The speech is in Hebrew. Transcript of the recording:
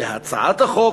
בהצעת החוק,